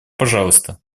пожалуйста